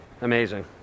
Amazing